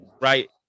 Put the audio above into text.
right